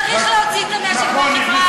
וצריך להוציא את הנשק מהחברה.